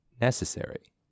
necessary